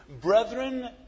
brethren